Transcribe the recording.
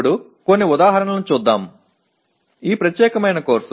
இப்போது சில எடுத்துக்காட்டுகளைப் பார்ப்போம்